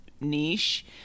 niche